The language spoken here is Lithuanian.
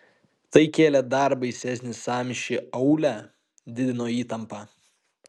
tai kėlė dar baisesnį sąmyšį aūle didino įtampą